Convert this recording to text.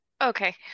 Okay